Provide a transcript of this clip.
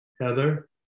Heather